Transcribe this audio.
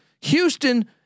Houston